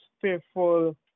fearful